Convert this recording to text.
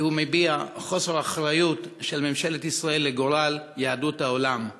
כי הוא מביע חוסר אחריות של ממשלת ישראל לגורל יהדות העולם.